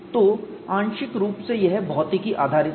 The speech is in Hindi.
तो आंशिक रूप से यह भौतिकी आधारित है